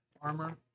armor